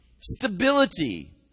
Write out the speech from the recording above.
stability